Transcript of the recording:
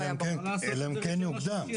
אלא אם כן יוקדם.